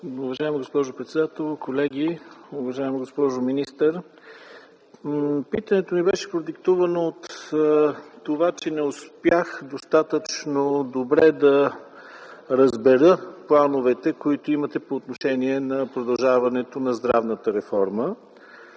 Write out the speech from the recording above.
Уважаеми господин председател, колеги, уважаема госпожо министър! Питането ми беше продиктувано от това, че не успях достатъчно добре да разбера плановете, които имате по отношение на продължаването на здравната реформа.